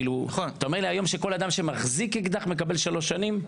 אתה אומר לי שהיום כל אדם שמחזיק אקדח מקבל שלוש שנים?